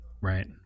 right